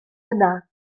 yna